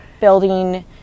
building